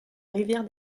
rivière